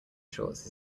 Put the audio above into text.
shorts